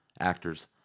actors